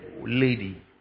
lady